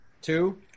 two